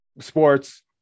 sports